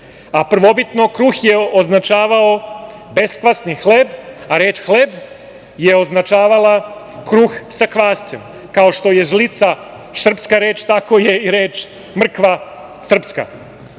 Prvobitno kruh je označavao beskvasni hleb, a reč hleb je označavala kruh sa kvascem. Kao što je žlica srpska reč, tako je i reč mrkva srpska,